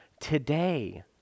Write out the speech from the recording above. today